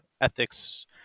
ethics